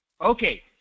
okay